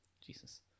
jesus